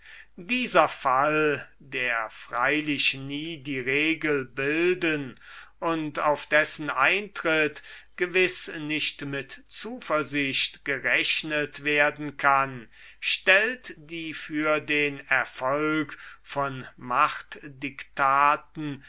dieser fall der freilich nie die regel bilden und auf dessen eintritt gewiß nicht mit zuversicht gerechnet werden kann stellt die für den erfolg von